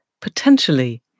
potentially